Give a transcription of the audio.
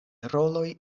roloj